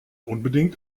unbedingt